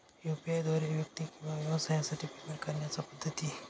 UPI द्वारे व्यक्ती किंवा व्यवसायांसाठी पेमेंट करण्याच्या पद्धती